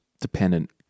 dependent